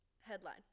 Headline